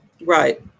Right